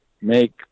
make